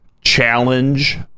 challenge